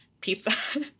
pizza